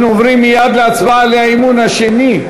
אנחנו עוברים מייד להצבעה על הצעת האי-אמון השנייה,